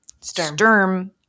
Sturm